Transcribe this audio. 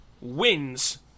wins